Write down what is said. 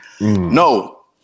No